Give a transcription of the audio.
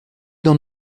dans